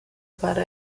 para